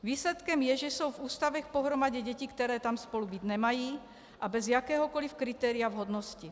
Výsledkem je, že jsou v ústavech pohromadě děti, které tam spolu být nemají, a bez jakéhokoli kritéria vhodnosti.